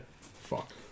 Fuck